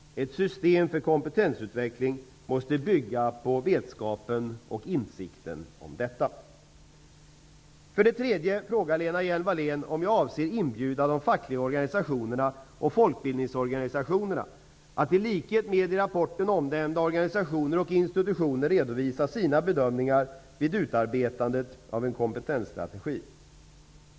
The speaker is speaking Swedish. Ett system för kompetensutveckling måste bygga på vetskapen och insikten om detta. För det tredje frågar Lena Hjelm-Wallén om jag avser inbjuda de fackliga organisationerna och folkbildningsorganisationerna att i likhet med i rapporten omnämnda organisationer och institutioner redovisa sina bedömningar vid utarbetandet av en kompetensstrategi.